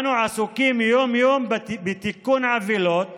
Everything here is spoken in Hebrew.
אנו עסוקים יום-יום בתיקון עוולות